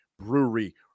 Brewery